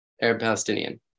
Arab-Palestinian